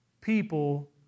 people